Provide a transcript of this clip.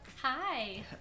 Hi